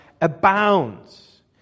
abounds